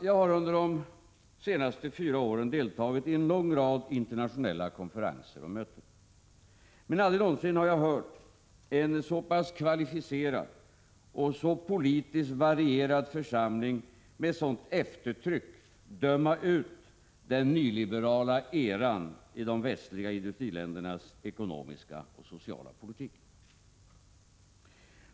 Jag har under de senaste fyra åren deltagit i en lång rad internationella konferenser och möten. Men aldrig någonsin har jag hört en så kvalificerad och politiskt varierad församling med sådant eftertryck döma ut den nyliberala eran i de västliga industriländernas ekonomiska och sociala politik.